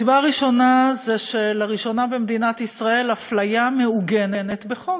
הסיבה הראשונה היא שלראשונה במדינת ישראל אפליה מעוגנת בחוק.